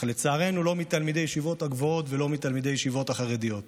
אך לצערנו לא מתלמידי הישיבות הגבוהות ולא מתלמידי הישיבות החרדיות.